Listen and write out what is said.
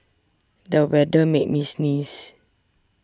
the weather made me sneeze